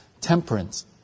temperance